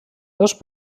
dos